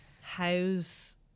How's